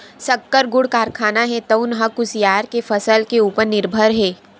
सक्कर, गुड़ कारखाना हे तउन ह कुसियार के फसल के उपर निरभर हे